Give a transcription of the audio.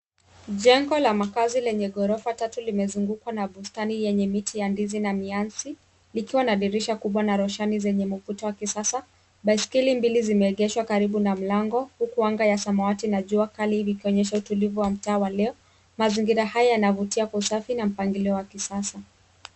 Jengo la makaazi lenye ghorofa tatu limezungukwa na bustani yenye miti ya ndizi na mianzi likiwa na dirisha kubwa na roshani zenye mvuto wa kisasa. Baiskeli mbili zimeegeshwa karibu na mlango huku anga ya jua kali na samawati likionyesha utulivu wa mtaa wa leo. Mazingira haya yanavutia kwa usafi na mpangilio wa kisasa.